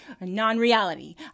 non-reality